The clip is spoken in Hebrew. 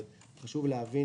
אבל חשוב להבין